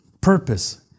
purpose